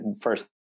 first